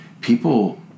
people